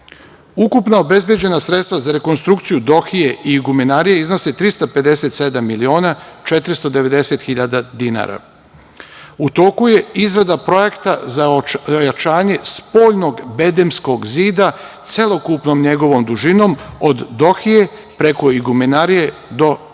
obezbeđena sredstva za rekonstrukciju dohije i igumenarije iznose 357.490 hiljada dinara.U toku je izrada projekta za ojačanje spoljnog bedemskog zida celokupnom njegovom dužinom od Dohije preko Igumenarije do trpezarije.